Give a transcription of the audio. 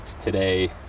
today